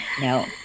no